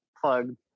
plugged